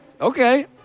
okay